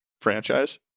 franchise